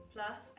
Plus